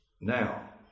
now